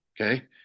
okay